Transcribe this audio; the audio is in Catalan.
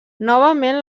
novament